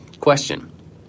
Question